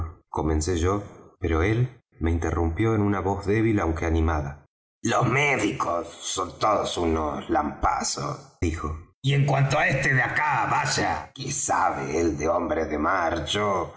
comencé yo pero él me interrumpió en una voz débil aunque animada los médicos son todos unos lampazos dijo y en cuanto á este de acá vaya qué sabe él de hombres de mar